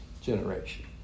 generation